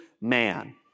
man